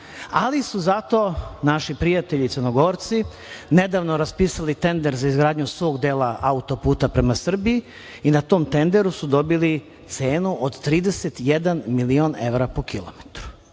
ali su zato naši prijatelji Crnogorci nedavno raspisali tender za izgradnju svog dela auto-puta prema Srbiji i na tom tenderu su dobili cenu od 31 milion evra po kilometru.